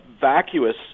vacuous